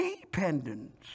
dependence